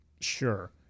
sure